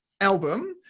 album